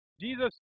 Jesus